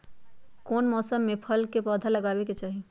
कौन मौसम में फल के पौधा लगाबे के चाहि?